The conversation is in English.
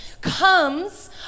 comes